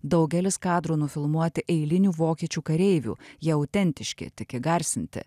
daugelis kadrų nufilmuoti eilinių vokiečių kareivių jie autentiški tik įgarsinti